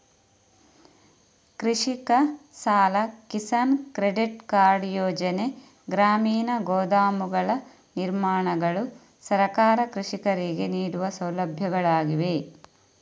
ಕೃಷಿಕ ಸಾಲ, Kisan credit card ಯೋಜನೆ, ಗ್ರಾಮೀಣ ಗೋದಾಮುಗಳ ನಿರ್ಮಾಣಗಳು ಸರ್ಕಾರ ಕೃಷಿಕರಿಗೆ ನೀಡುವ ಸೌಲಭ್ಯಗಳಾಗಿವೆ